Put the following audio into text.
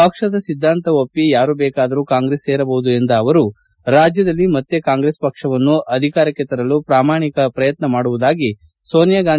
ಪಕ್ಷದ ಸಿದ್ದಾಂತ ಒಪ್ಪಿ ಯಾರೂ ಬೇಕಾದರೂ ಕಾಂಗ್ರೆಸ್ ಸೇರಬಹುದು ಎಂದ ಅವರು ರಾಜ್ಯದಲ್ಲಿ ಮತ್ತೆ ಕಾಂಗ್ರೆಸ್ ಪಕ್ಷವನ್ನು ಅಧಿಕಾರಕ್ಕೆ ತರಲು ಪ್ರಾಮಾಣಿಕ ಪ್ರಯತ್ನ ಮಾಡುವುದಾಗಿ ಸೋನಿಯಾ ಗಾಂಧಿಗೆ ಭರವಸೆ ನೀಡಿರುವುದಾಗಿ ಹೇಳಿದರು